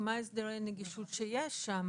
מה הסדרי הנגישות שיש במקום.